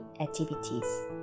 activities